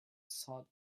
saw